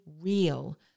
real